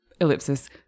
ellipsis